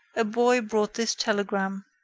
a boy brought this telegram